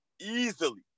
easily